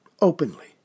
openly